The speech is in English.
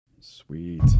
Sweet